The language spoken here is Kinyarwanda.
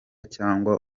cyangwa